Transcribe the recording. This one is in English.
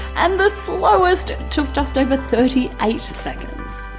and the slowest took just over thirty eight seconds.